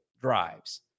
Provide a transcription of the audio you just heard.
drives